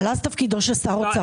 אז תפקידו של שר האוצר להגיע לממשלה.